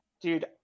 Dude